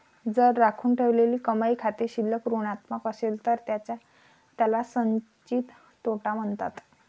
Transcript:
जर राखून ठेवलेली कमाई खाते शिल्लक ऋणात्मक असेल तर त्याला संचित तोटा म्हणतात